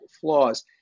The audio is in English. flaws